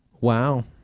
Wow